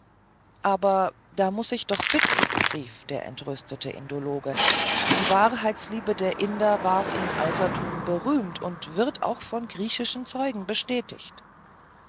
aber da muß ich doch bitten rief der entrüstete indologe die wahrheitsliebe der inder war im altertum berühmt und wird auch von griechischen zeugen bestätigt